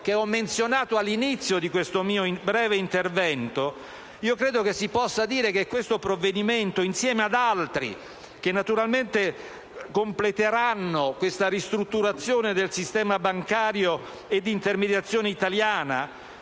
che ho menzionato all'inizio di questo mio breve intervento, credo si possa dire che questo provvedimento, insieme ad altri che naturalmente completeranno la ristrutturazione del sistema bancario e di intermediazione italiano